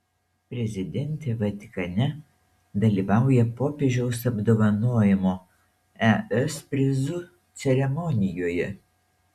prezidentė vatikane dalyvauja popiežiaus apdovanojimo es prizu ceremonijoje